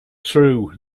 true